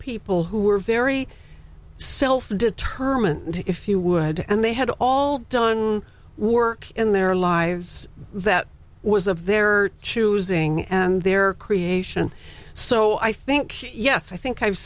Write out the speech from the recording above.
people who were very self determined if you would and they had all done work in their lives that was of their choosing and their creation so i think yes i think i've